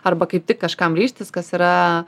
arba kaip tik kažkam ryžtis kas yra